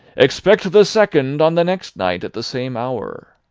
expect the second on the next night at the same hour.